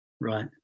Right